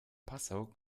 passau